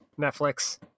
Netflix